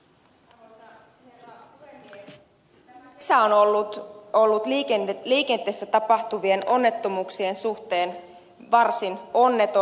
tämä kesä on ollut liikenteessä tapahtuvien onnettomuuksien suhteen varsin onneton